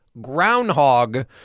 groundhog